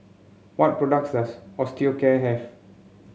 what products does Osteocare have